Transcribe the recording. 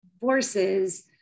forces